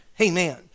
Amen